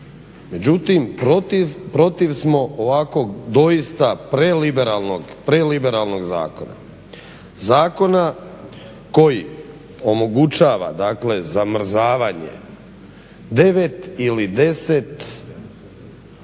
Međutim protiv smo ovakvog doista preliberalnog zakona. Zakona koji omogućava dakle zamrzavanje 9 ili 10